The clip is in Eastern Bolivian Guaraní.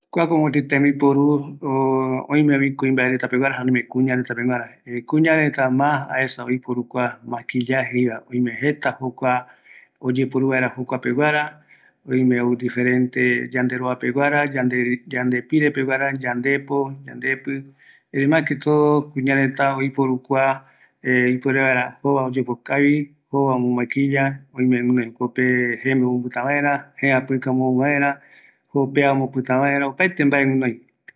Kuako jae kuañareta jembiporu, ou opaete mbaerako ikavitava, kuako jae kuña, jare kuimbae reta oyapo kavi vaera jova, oime ou crema, polvo, opaete oyeporu vaera kuape